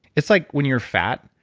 it's like when you're fat,